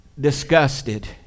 disgusted